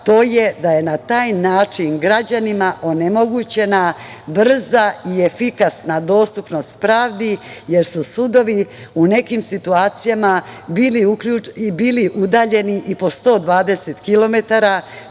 to je da je na taj način građanima onemogućena brza i efikasna dostupnost pravdi, jer su sudovi u nekim situacijama bili udaljeni i po 120